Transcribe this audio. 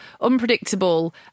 unpredictable